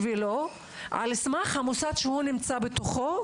על סמך המוסד והמבנה בו הוא נמצא,